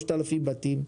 3,000 בתים,